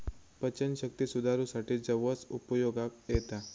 पचनशक्ती सुधारूसाठी जवस उपयोगाक येता